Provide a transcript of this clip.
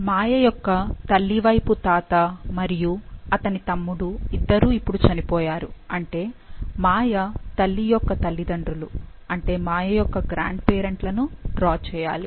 మాయ యొక్క తల్లి వైపు తాత మరియు అతని తమ్ముడు ఇద్దరూ ఇప్పుడు చనిపోయారు అంటే మాయ తల్లి యొక్క తల్లిదండ్రులు అంటే మాయ యొక్క గ్రాండ్ పేరెంట్ లను డ్రా చేయాలి